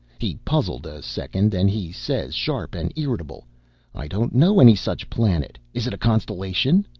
he puzzled a second, then he says, sharp and irritable i don't know any such planet is it a constellation?